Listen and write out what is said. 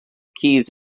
keys